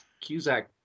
Cusack